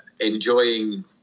enjoying